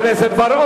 חבר הכנסת בר-און.